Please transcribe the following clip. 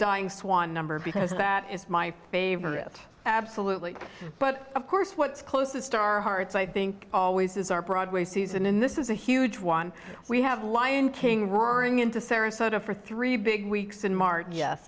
dying swan number because that is my favorite absolutely but of course what's closest star hearts i think always is our broadway season in this is a huge one we have lion king roaring into sarasota for three big weeks in march yes